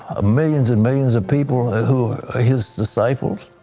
ah millions and millions of people who are his disciples.